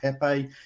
Pepe